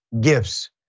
gifts